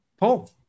Paul